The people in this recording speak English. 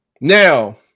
now